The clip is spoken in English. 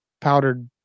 powdered